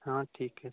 हाँ ठीक है तब